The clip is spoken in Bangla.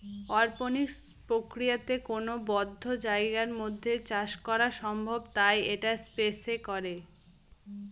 অরপনিক্স প্রক্রিয়াতে কোনো বদ্ধ জায়গার মধ্যে চাষ করা সম্ভব তাই এটা স্পেস এ করে